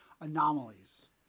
anomalies